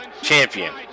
champion